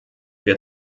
wir